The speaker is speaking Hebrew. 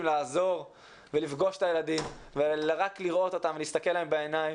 לעזור ולפגוש את הילדים ורק לראות אותם ולהסתכל להם בעיניים.